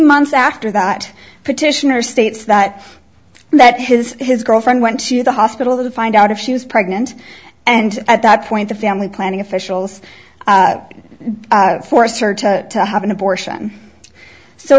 months after that petitioner states that that his his girlfriend went to the hospital the find out if she was pregnant and at that point the family planning officials forced her to have an abortion so